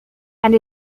and